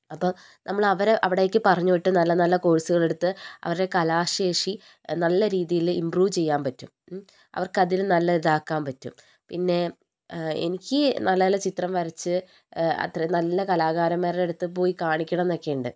അപ്പോൾ നമ്മൾ അവരെ അവിടേക്ക് പറഞ്ഞു വിട്ട് നല്ല നല്ല കോഴ്സുകൾ എടുത്ത് അവരുടെ കലാശേഷി നല്ല രീതിയിൽ ഇമ്പ്രൂവ് ചെയ്യാൻ പറ്റും അവർക്ക് അതിലും നല്ലത് ആക്കാൻ പറ്റും പിന്നെ എനിക്ക് നല്ല നല്ല ചിത്രം വരച്ച് അത്ര നല്ല കലാകാരന്മാരുടെ അടുത്ത് പോയി കാണിക്കണം എന്നൊക്കെയുണ്ട്